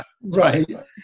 right